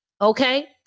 Okay